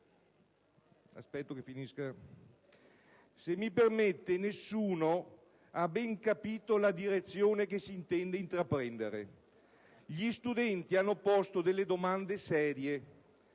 Se mi permette, nessuno ha ben capito la direzione che si intende intraprendere. Gli studenti hanno posto delle domande serie: